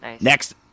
Next